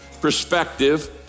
perspective